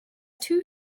two